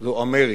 הוא אמריקה,